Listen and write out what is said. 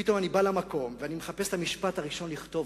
ופתאום אני בא למקום ומחפש את המשפט הראשון לכתוב,